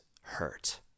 hurt